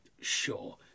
Sure